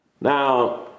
now